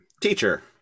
Teacher